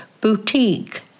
boutique